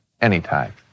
anytime